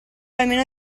almeno